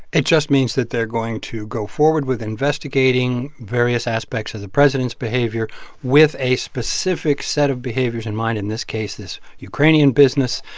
it just means that they're going to go forward with investigating various aspects of the president's behavior with a specific set of behaviors in mind in this case, this ukrainian business.